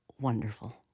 wonderful